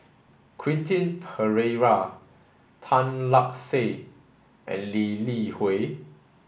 Quentin Pereira Tan Lark Sye and Lee Li Hui